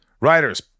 Writers